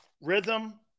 Rhythm